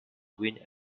wind